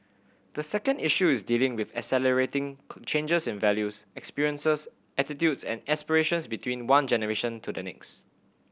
the second issue is dealing with accelerating changes in values experiences attitudes and aspirations between one generation to the next